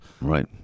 Right